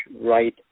right